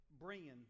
bringing